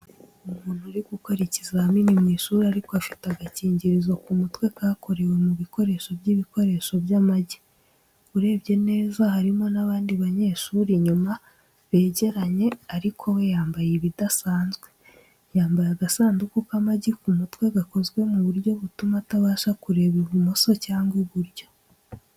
Umuntu uri gukora ikizamini mu ishuri ariko afite agakingirizo ku mutwe kakorewe mu bikoresho by'ibikoresho by'amagi, Urebye neza harimo n’abandi banyeshuri inyuma begeranye ariko we yambaye iyo idasanzwe. Yambaye agasanduku k’amagi ku mutwe gakozwe mu buryo butuma atabasha kureba ibumoso cyangwa iburyo.